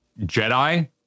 jedi